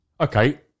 Okay